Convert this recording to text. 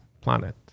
planet